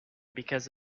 because